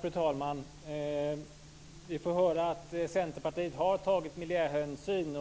Fru talman! Vi får höra att Centerpartiet har tagit miljöhänsyn.